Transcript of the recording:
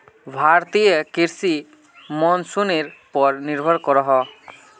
भारतीय कृषि मोंसूनेर पोर निर्भर करोहो